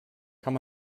kann